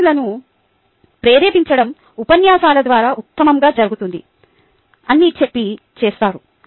విద్యార్ధులను ప్రేరేపించడం ఉపన్యాసాల ద్వారా ఉత్తమంగా జరుగుతుంది అన్నీ చెప్పి చేస్తారు